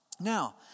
Now